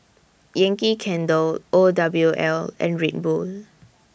Yankee Candle O W L and Red Bull